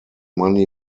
money